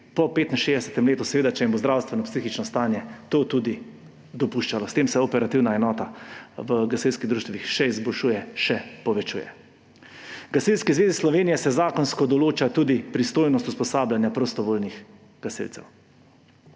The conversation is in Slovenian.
po 65. letu, seveda če jim bo zdravstveno in psihično stanje to tudi dopuščalo. S tem se operativna enota v gasilskih društvih še izboljšuje, še povečuje. Gasilski zvezi Slovenije se zakonsko določa tudi pristojnost usposabljanja prostovoljnih gasilcev.